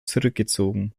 zurückgezogen